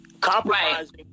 compromising